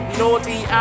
naughty